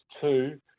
two